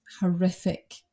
horrific